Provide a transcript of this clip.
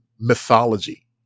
mythology